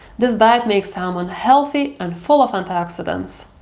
this diet makes salmon healthy and full of antioxidants.